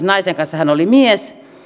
naisen kanssa hän oli mies